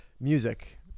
music